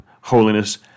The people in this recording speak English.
holiness